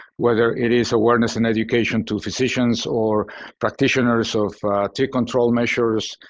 whether it is awareness and education to physicians or practitioners of tick control measures,